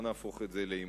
לא נהפוך את זה לעימות.